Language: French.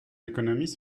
économies